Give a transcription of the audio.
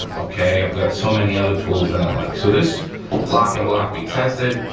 okay, i've got so many other tools that i like. so this locking block we tested,